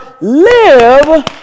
live